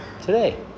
Today